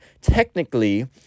technically